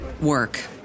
work